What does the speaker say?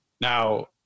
Now